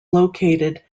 located